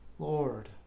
Lord